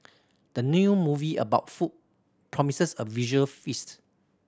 the new movie about food promises a visual feast